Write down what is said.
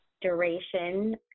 duration